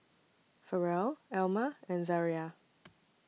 Farrell Elma and Zariah